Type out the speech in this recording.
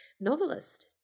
novelist